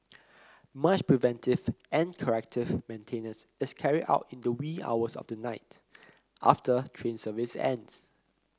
much preventive and corrective maintenance is carried out in the wee hours of the night after train service ends